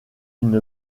une